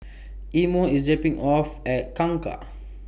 Imo IS dropping off At Kangkar